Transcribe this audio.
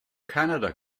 canada